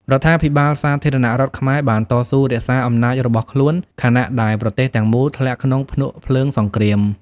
រដ្ឋាភិបាលសាធារណរដ្ឋខ្មែរបានតស៊ូរក្សាអំណាចរបស់ខ្លួន ខណៈដែលប្រទេសទាំងមូលធ្លាក់ក្នុងភ្នក់ភ្លើងសង្គ្រាម។